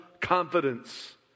confidence